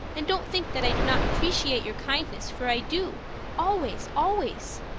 and don't think that i do not appreciate your kindness, for i do always always.